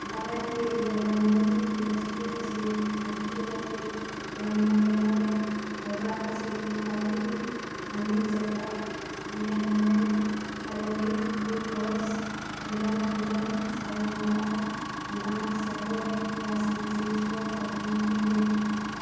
ꯚꯥꯔꯠꯀꯤ ꯑꯦꯟꯇꯔꯇꯦꯟꯃꯦꯟꯒꯤ ꯏꯟꯗꯁꯇ꯭ꯔꯤ ꯑꯁꯤ ꯑꯁꯨꯛꯀꯤ ꯃꯇꯤꯛ ꯌꯥꯝꯅ ꯈꯦꯠꯅꯔꯦ ꯂꯩꯕꯥꯛ ꯑꯁꯤꯒꯤ ꯈ꯭ꯋꯥꯏꯗꯒꯤ ꯃꯃꯤꯡ ꯆꯠꯄ ꯑꯦꯟꯇꯔꯇꯦꯟꯃꯦꯟ ꯈꯔꯗꯤ Bigg Boss Indian Idol Sa Re Ga Ma Pa dance ꯖꯒꯣꯏ ꯀꯌꯥꯁꯤꯡ ꯑꯁꯤ ꯁꯣ ꯇꯧꯗꯨꯅ ꯎꯠꯂꯤ